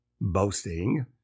boasting